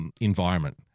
environment